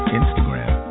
instagram